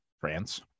France